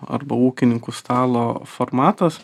arba ūkininkų stalo formatas